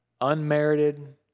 unmerited